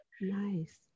Nice